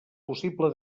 possible